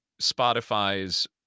Spotify's